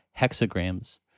hexagrams